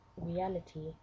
reality